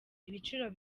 ibiciro